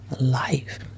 life